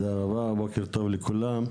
בוקר טוב לכולם,